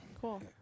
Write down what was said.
Cool